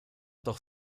doch